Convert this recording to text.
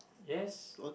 yes